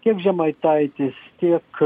tiek žemaitaitis tiek